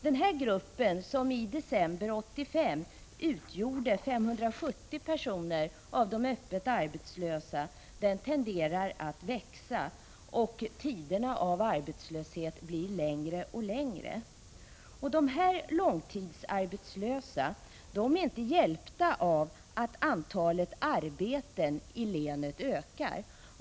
Den här gruppen som i december 1985 utgjorde 570 personer av de öppet arbetslösa tenderar att växa, och tiderna av arbetslöshet blir längre och längre. Dessa långtidsarbetslösa är inte hjälpta av att antalet arbeten i länet ökar.